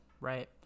right